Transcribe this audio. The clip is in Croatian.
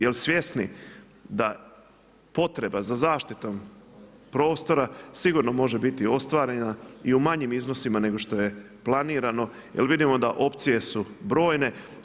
Jer svjesni da potreba za zaštitom prostora sigurno može biti ostvarena i u manjim iznosima, nego što je planirano, jer vidimo da opcije su brojne.